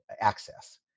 access